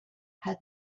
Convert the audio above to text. had